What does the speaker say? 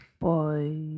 boy